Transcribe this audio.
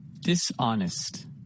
dishonest